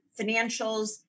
financials